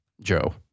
Joe